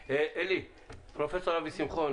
נמצא אתנו פרופסור אבי שמחון,